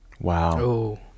Wow